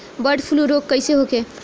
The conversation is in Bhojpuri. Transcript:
बर्ड फ्लू रोग कईसे होखे?